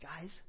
Guys